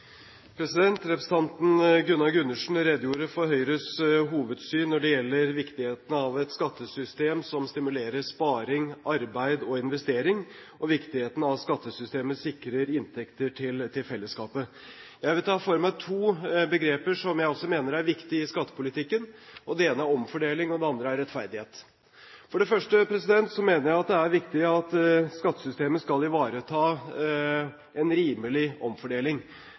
Representanten Gunnar Gundersen redegjorde for Høyres hovedsyn når det gjelder viktigheten av et skattessystem som stimulerer sparing, arbeid og investering, og viktigheten av at skattesystemet sikrer inntekter til fellesskapet. Jeg vil ta for meg to begreper, som jeg også mener er viktige i skattepolitikken, det ene er omfordeling og det andre er rettferdighet. For det første mener jeg det er viktig at skattesystemet skal ivareta en rimelig omfordeling.